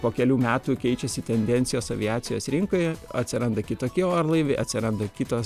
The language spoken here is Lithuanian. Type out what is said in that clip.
po kelių metų keičiasi tendencijos aviacijos rinkoje atsiranda kitokie orlaiviai atsiranda kitos